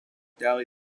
daly